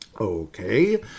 Okay